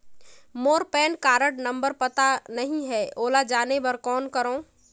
मोर PAN card number पता नहीं है, ओला जाने बर कौन करो?